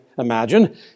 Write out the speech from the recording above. imagine